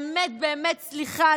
באמת באמת סליחה,